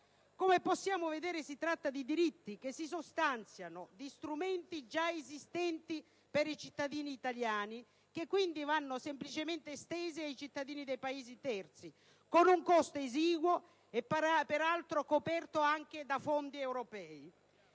Come possiamo vedere, si tratta di diritti che si sostanziano in strumenti già esistenti per i cittadini italiani che, quindi, vanno semplicemente estesi ai cittadini dei Paesi terzi, con un costo esiguo e, peraltro, coperto anche da fondi europei.